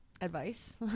advice